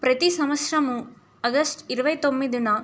ప్రతి సంవత్సరము ఆగస్ట్ ఇరవై తొమ్మిదిన